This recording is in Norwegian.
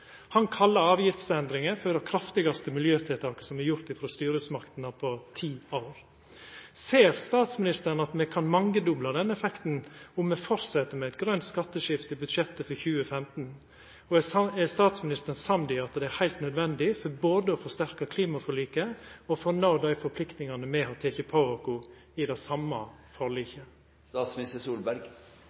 Han kallar avgiftsendringa for det kraftigaste miljøtiltaket som er gjort frå styresmaktene på ti år. Ser statsministeren at me kan mangedobla denne effekten om me fortset med eit grønt skatteskifte i budsjettet for 2015? Og er statsministeren samd i at det er heilt nødvendig både for å forsterka klimaforliket og for å nå dei forpliktingane me har teke på oss i det same